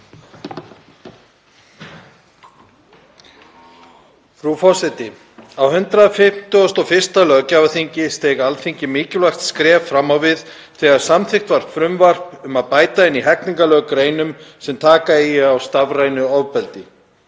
Frú forseti. Á 151. löggjafarþingi steig Alþingi mikilvægt skref fram á við þegar samþykkt var frumvarp um að bæta inn í hegningarlög greinum sem eiga að taka á stafrænu ofbeldi.